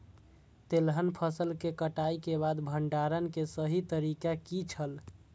तेलहन फसल के कटाई के बाद भंडारण के सही तरीका की छल?